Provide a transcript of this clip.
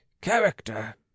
character